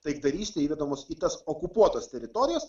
taikdaryste įvedamos į tas okupuotas teritorijas